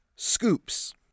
Scoops